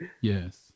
yes